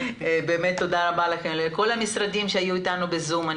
באמת תודה רבה לכם ולכל המשרדים שהיו איתנו בזום.